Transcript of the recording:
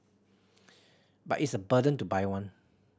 but it's a burden to buy one